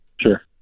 Sure